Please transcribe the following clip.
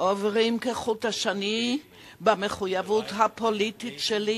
עוברים כחוט השני במחויבות הפוליטית שלי,